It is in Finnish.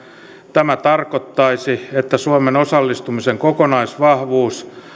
tämä tarkoittaisi että suomen osallistumisen kokonaisvahvuus